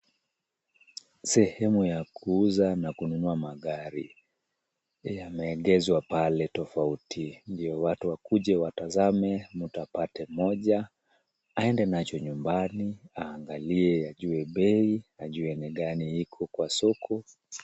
Sehemu ya kuuza na kununua magari. Yameegezwa pale tofauti ndio watu wakuje watazame, mtu apate moja, aende nacho nyumbani aangalie, ajue bei, ajue ni gani iko kwa soko.